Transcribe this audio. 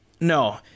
No